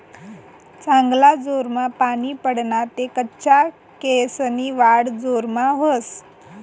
चांगला जोरमा पानी पडना ते कच्चा केयेसनी वाढ जोरमा व्हस